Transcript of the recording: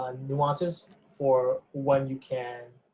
ah nuances for when you can